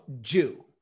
Jew